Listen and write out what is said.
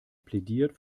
plädiert